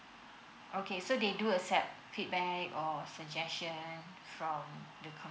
okay so they do accept feedback or suggestions from the community